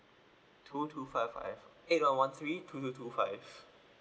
two two five five eight one one three two two two five